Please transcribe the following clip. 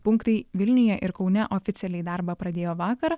punktai vilniuje ir kaune oficialiai darbą pradėjo vakar